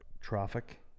traffic